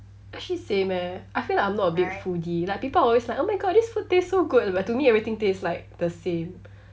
actually same eh I feel like I'm not a big foodie like people always like oh my god this food taste so good but to me everything taste like the same